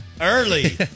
early